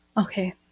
Okay